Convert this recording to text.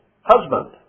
husband